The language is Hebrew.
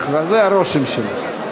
זה הרושם שלי.